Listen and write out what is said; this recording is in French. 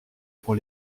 pour